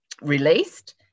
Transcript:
released